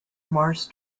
marsh